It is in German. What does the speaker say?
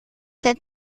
der